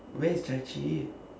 where is chai chee